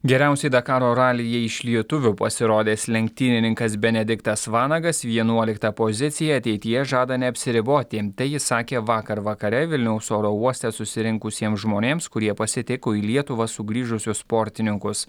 geriausiai dakaro ralyje iš lietuvių pasirodęs lenktynininkas benediktas vanagas vienuolikta pozicija ateityje žada neapsiriboti tai jis sakė vakar vakare vilniaus oro uoste susirinkusiem žmonėms kurie pasitiko į lietuvą sugrįžusius sportininkus